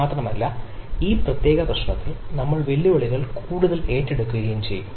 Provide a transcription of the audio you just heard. മാത്രമല്ല ഈ പ്രത്യേക പ്രശ്നത്തിൽ നമ്മൾ വെല്ലുവിളികൾ കൂടുതൽ ഏറ്റെടുക്കുകയും ചെയ്യും